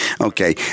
Okay